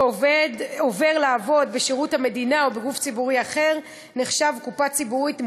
ועובר לעבוד בשירות המדינה או בגוף ציבורי אחר שנחשב "קופה ציבורית",